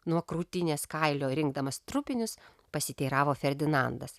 nuo krūtinės kailio rinkdamas trupinius pasiteiravo ferdinandas